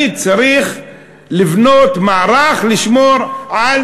אני צריך לבנות מערך לשמור על